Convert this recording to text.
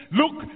look